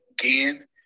again